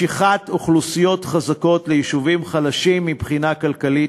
משיכת אוכלוסיות חזקות ליישובים חלשים מבחינה כלכלית,